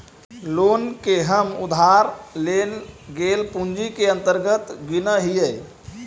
loan के हम उधार लेल गेल पूंजी के अंतर्गत गिनऽ हियई